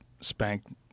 spanked